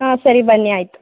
ಹಾಂ ಸರಿ ಬನ್ನಿ ಆಯಿತು